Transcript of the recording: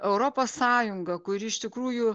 europos sąjunga kuri iš tikrųjų